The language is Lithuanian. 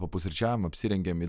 papusryčiaujam apsirengiam ir